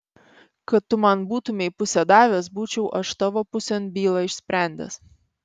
kad tu man būtumei pusę davęs būčiau aš tavo pusėn bylą išsprendęs